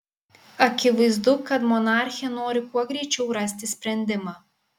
akivaizdu kad monarchė nori kuo greičiau rasti sprendimą